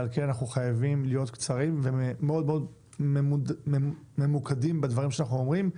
ועל כן אנחנו חייבים להיות קצרים ומאוד ממוקדים בדברים שאנחנו אומרים.